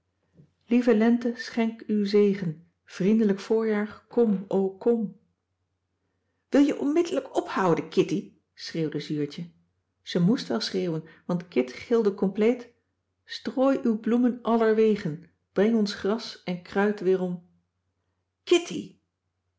lieve lente schenk uw zegen vriendelijk voorjaar kom o kom cissy van marxveldt de h b s tijd van joop ter heul wil je onmiddellijk ophouden kitty schreeuwde zuurtje ze moest wel schreeuwen want kit gilde compleet strooi uw bloemen allerwegen breng ons gras en kruid weerom kitty